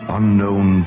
unknown